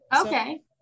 Okay